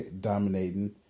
dominating